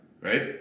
right